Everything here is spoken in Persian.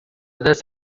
دست